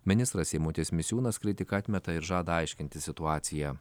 ministras eimutis misiūnas kritiką atmeta ir žada aiškintis situaciją